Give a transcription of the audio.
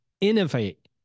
innovate